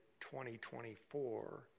2024